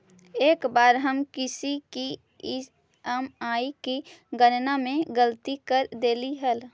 एक बार हम किसी की ई.एम.आई की गणना में गलती कर देली हल